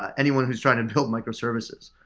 ah anyone who's trying to build microservices.